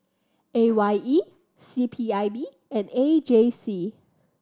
A Y E C P I B and A J C